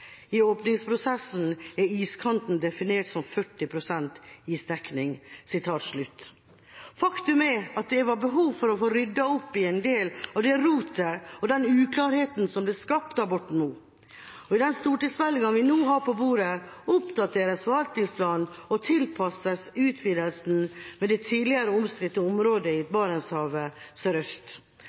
I åpningsprosessen er iskanten definert som 40 pst. isdekning.» Faktum er at det var behov for å få ryddet opp i en del av det rotet og den uklarheten som ble skapt av Borten Moe. I den stortingsmeldinga vi nå har på bordet, oppdateres forvaltningsplanen og tilpasses utvidelsen med det tidligere omstridte området i Barentshavet sørøst.